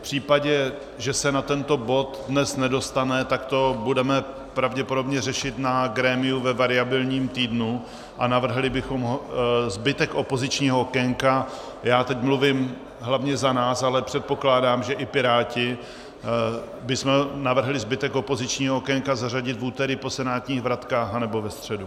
V případě, že se na tento bod dnes nedostane, tak to budeme pravděpodobně řešit na grémiu ve variabilním týdnu a navrhli bychom zbytek opozičního okénka já teď mluvím hlavně za nás, ale předpokládám, že i piráti zbytek opozičního okénka zařadit buď po senátních vratkách, anebo ve středu.